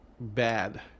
bad